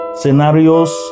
scenarios